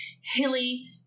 hilly